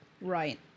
right